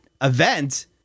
event